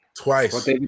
Twice